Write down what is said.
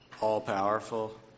all-powerful